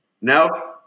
No